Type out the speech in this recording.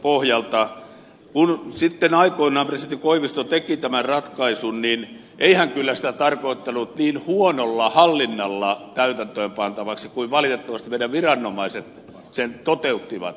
kun sitten aikoinaan presidentti koivisto teki tämän ratkaisun ei hän kyllä sitä tarkoittanut niin huonolla hallinnalla täytäntöön pantavaksi kuin valitettavasti meidän viranomaisemme sen toteuttivat